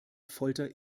folter